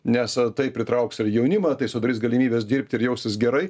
nes tai pritrauks ir jaunimą tai sudarys galimybes dirbti ir jaustis gerai